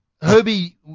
Herbie